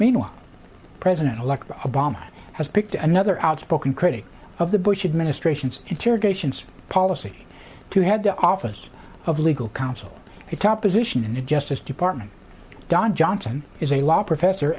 meanwhile president elect obama has picked another outspoken critic of the bush administration's interrogations policy to head the office of legal counsel a top position in the justice department don johnson is a law professor